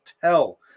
tell